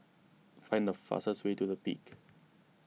find the fastest way to the Peak